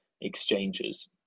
exchanges